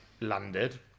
landed